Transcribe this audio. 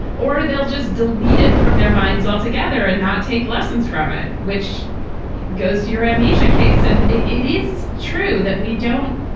or they'll just delete it from their minds altogether and not take lessons from it, which goes to your amnesia case. and it it is true that we don't